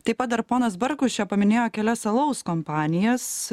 taip pat dar ponas barkus čia paminėjo kelias alaus kompanijas